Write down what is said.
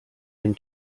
nim